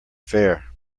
fare